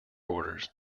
orders